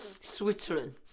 Switzerland